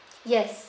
yes